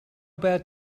bad